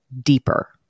deeper